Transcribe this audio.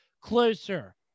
closer